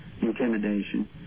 intimidation